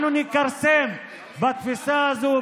אנחנו נכרסם בתפיסה הזאת,